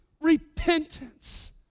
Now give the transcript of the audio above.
repentance